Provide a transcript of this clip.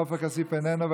עופר כסיף איננו,